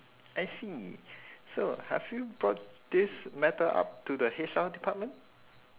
I see so have you brought this matter up to the H_R department